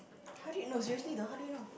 how do you know seriously though how do you know